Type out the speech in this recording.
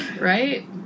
right